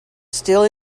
still